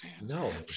No